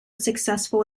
successful